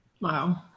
Wow